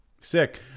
Sick